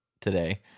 today